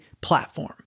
platform